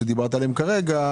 שדיברת עליהם כרגע,